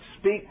speak